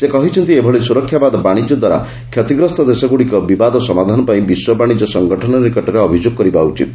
ସେ କହିଛନ୍ତି ଏଭଳି ସୁରକ୍ଷାବାଦ ବାଣିଜ୍ୟ ଦ୍ୱାରା କ୍ଷତିଗ୍ରସ୍ତ ଦେଶଗୁଡ଼ିକ ବିବାଦ ସମାଧାନପାଇଁ ବିଶ୍ୱ ବାଣିଜ୍ୟ ସଙ୍ଗଠନ ନିକଟରେ ଅଭିଯୋଗ କରିବା ଉଚିତ